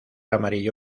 amarillo